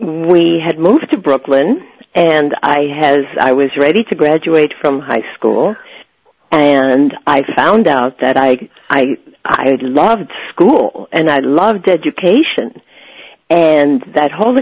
we had moved to brooklyn and i has i was ready to graduate from high school and i found out that i i i loved school and i loved education and that whole